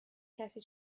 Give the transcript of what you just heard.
کسی